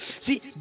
See